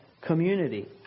community